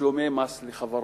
בתשלומי מס לחברות,